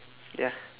ya